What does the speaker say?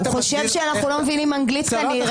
הוא חושב שאנחנו לא מבינים אנגלית כנראה,